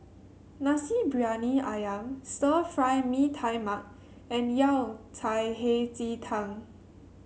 Nasi Briyani ayam Stir Fry Mee Tai Mak and Yao Cai Hei Ji Tang